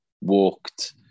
walked